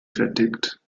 vertickt